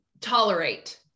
tolerate